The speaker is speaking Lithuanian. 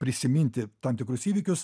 prisiminti tam tikrus įvykius